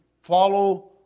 follow